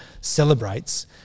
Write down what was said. celebrates